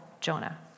Jonah